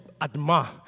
admire